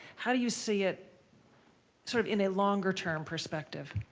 how do you see it sort of in a longer term perspective?